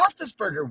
Roethlisberger